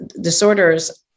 disorders